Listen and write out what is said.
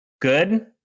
Good